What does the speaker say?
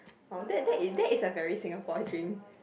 !wow! that that is very Singapore dream